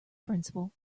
principal